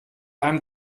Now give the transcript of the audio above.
einem